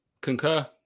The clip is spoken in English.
Concur